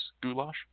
Goulash